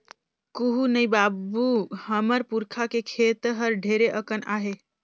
कुहू नइ बाबू, हमर पुरखा के खेत हर ढेरे अकन आहे